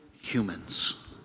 humans